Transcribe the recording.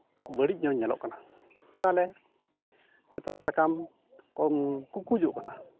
ᱵᱟᱹᱲᱤᱡ ᱧᱚᱜ ᱧᱮᱞᱚᱜ ᱠᱟᱱᱟ ᱛᱟᱦᱚᱞᱮ ᱦᱳᱭᱛᱚ ᱥᱟᱠᱟᱢ ᱠᱚ ᱠᱩᱠᱩᱡᱚᱜ ᱠᱟᱱᱟ